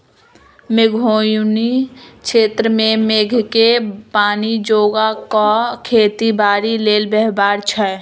मेघोउनी क्षेत्र में मेघके पानी जोगा कऽ खेती बाड़ी लेल व्यव्हार छै